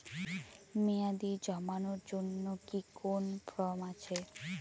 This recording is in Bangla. মেয়াদী জমানোর জন্য কি কোন ফর্ম আছে?